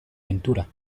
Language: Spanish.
ventura